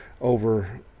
over